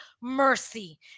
mercy